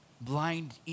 blind